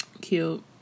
cute